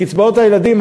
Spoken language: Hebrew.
קצבאות הילדים,